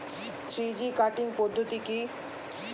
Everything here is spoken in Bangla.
থ্রি জি কাটিং পদ্ধতি কি?